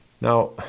Now